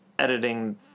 Editing